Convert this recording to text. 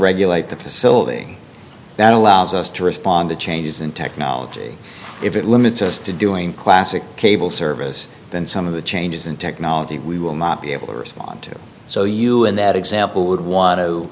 regulate the facility that allows us to respond to changes in technology if it limits us to doing classic cable service then some of the changes in technology we will not be able to respond to so you in that example would want to